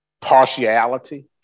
partiality